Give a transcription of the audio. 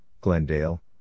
Glendale